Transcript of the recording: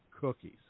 Cookies